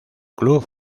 club